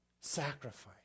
sacrifice